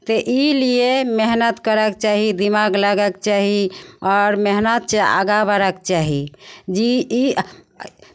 तऽ ई लिए मेहनत करयके चाही दिमाग लगयके चाही आओर मेहनतिसँ आगाँ बढ़यके चाही जे ई